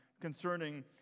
concerning